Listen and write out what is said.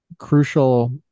crucial